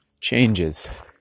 changes